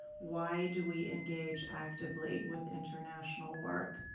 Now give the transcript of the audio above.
why do we engage actively with international work?